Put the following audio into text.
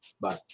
Bye